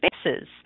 spaces